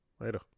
Later